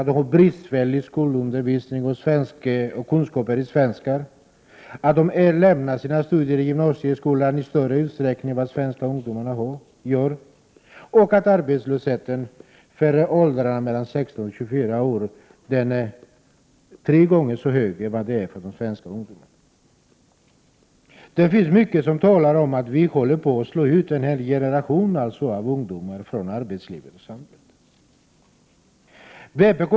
De har bristfällig skolundervisning och bristfälliga kunskaper i svenska. De lämnar sina studier i gymnasieutbildningen i större utsträckning än vad svenska ungdomar gör, och arbetslösheten för invandrarungdomar i åldrarna 16 — 24 år är tre gånger så stor som den är för svenska ungdomar. Mycket tyder på att en hel generation av ungdomar håller på att slås ut från arbetslivet och samhället.